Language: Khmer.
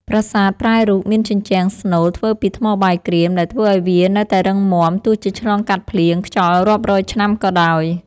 ប្រាសាទប្រែរូបមានជញ្ជាំងស្នូលធ្វើពីថ្មបាយក្រៀមដែលធ្វើឱ្យវានៅតែរឹងមាំទោះជាឆ្លងកាត់ភ្លៀងខ្យល់រាប់រយឆ្នាំក៏ដោយ។